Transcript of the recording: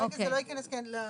כרגע זה לא ייכנס לנוסח.